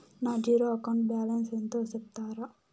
నా zero account balance ఎంతో సెప్తారా?